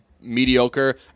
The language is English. mediocre